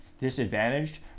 disadvantaged